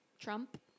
Trump